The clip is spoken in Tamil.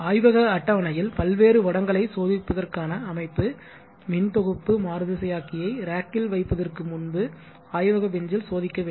ஆய்வக அட்டவணையில் பல்வேறு வடங்களை சோதிப்பதற்கான அமைப்பு மின் தொகுப்பு மாறுதிசையாக்கியை ரேக்கில் வைப்பதற்கு முன்பு ஆய்வக பெஞ்சில் சோதிக்க வேண்டும்